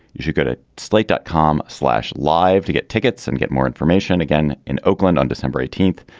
you should go to slate dot com slash live to get tickets and get more information again in oakland on december eighteenth.